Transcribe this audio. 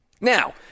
Now